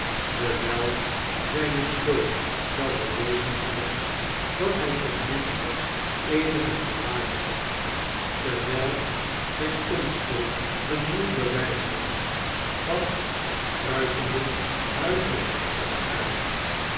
dewijl zijne schuld zou bewezen hebben dat hij ten minste eenige courage had terwijl zijne onschuld een nieuw bewijs was van zijn kruipenden huichelachtigen aard